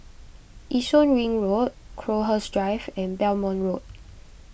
Yishun Ring Road Crowhurst Drive and Belmont Road